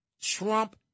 Trump